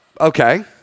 okay